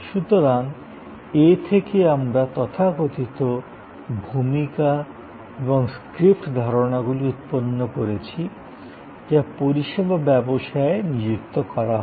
সুতরাং এ থেকে আমরা তথাকথিত ভূমিকা এবং স্ক্রিপ্ট ধারণাগুলি উৎপন্ন করেছি যা পরিষেবা ব্যবসায়ে নিযুক্ত করা হয়